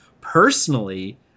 personally